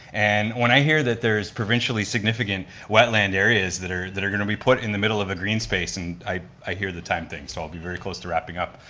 and when i hear that there is provincially so wetland areas that are that are going to be put in the middle of a green space, and i i hear the time thing, so i'll be very close to wrapping up,